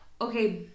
Okay